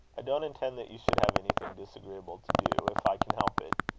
i don't intend that you should have anything disagreeable to do, if i can help it.